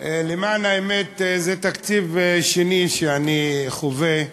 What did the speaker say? למען האמת, זה תקציב שני שאני חווה בכנסת,